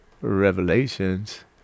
Revelations